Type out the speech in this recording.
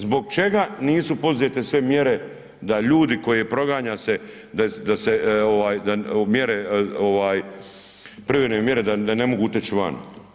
Zbog čega nisu poduzete sve mjere da ljudi koje proganja se da se mjere, ovaj privremene mjere da ne mogu uteći van?